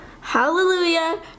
Hallelujah